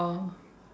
oh